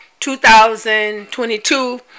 2022